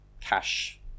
cash